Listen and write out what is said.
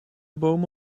boom